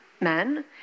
men